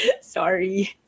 sorry